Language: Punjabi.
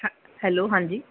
ਹੈਲੋ ਹਾਂਜੀ